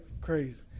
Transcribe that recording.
Crazy